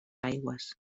aigües